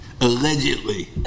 Allegedly